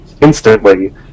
instantly